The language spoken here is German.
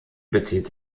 bezieht